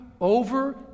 over